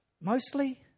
Mostly